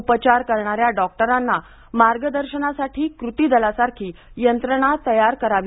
उपचार करणाऱ्या डॉक्टरांना मार्गदर्शनासाठी कृती दलासारखी यंत्रणा तयार करावी